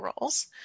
roles